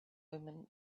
women